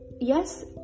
Yes